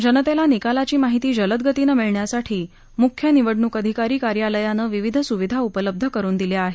जनतेला निकालाची माहिती जलदगतीनं मिळण्यासाठी मुख्य निवडणूक अधिकारी कार्यालयानं विविध सुविधा उपलब्ध करुन दिल्या आहेत